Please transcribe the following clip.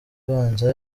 abanza